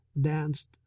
danced